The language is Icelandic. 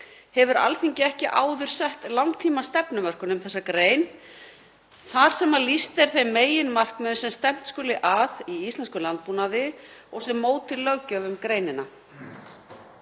hefur Alþingi ekki áður sett langtímastefnumörkun um þessa grein þar sem lýst er þeim meginmarkmiðum sem stefnt skuli að í íslenskum landbúnaði og sem móti löggjöf um greinina.